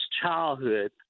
childhood